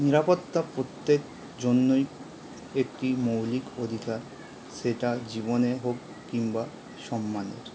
নিরাপত্তা প্রত্যেক জন্যই একটি মৌলিক অধিকার সেটা জীবনের হোক কিংবা সম্মানের